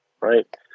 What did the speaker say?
right